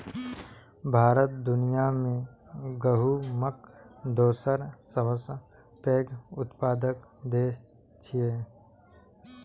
भारत दुनिया मे गहूमक दोसर सबसं पैघ उत्पादक देश छियै